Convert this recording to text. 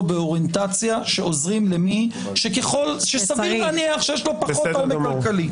באוריינטציה שעוזרים למי שסביר להניח שיש לו פחות עומק כלכלי.